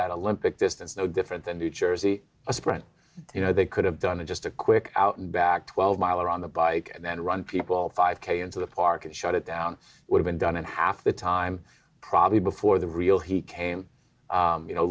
that a limb pick distance no different than new jersey a sprint you know they could have done it just a quick out and back twelve mile or on the bike and then run people five k into the park and shut it down would've been done in half the time probably before the real he came you know